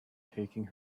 taking